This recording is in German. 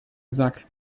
sack